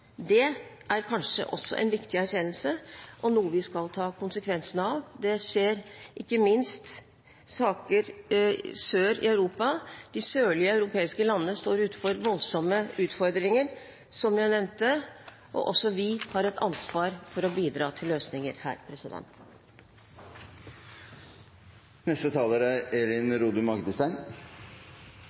Det er kanskje også en viktig erkjennelse og noe vi skal ta konsekvensene av. Det skjer ikke minst saker sør i Europa. De sørlige europeiske landene står overfor voldsomme utfordringer, som jeg nevnte. Også vi har et ansvar for å bidra til løsninger her.